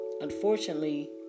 unfortunately